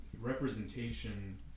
representation